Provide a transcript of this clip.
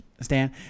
stan